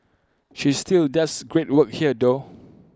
she still does great work here though